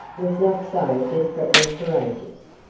was not so desperately courageous.